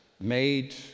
made